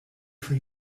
for